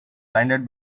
blinded